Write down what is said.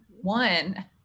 One